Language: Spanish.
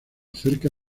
cerca